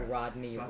Rodney